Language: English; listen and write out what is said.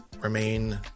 remain